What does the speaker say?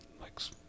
likes